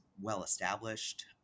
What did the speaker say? well-established